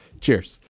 Cheers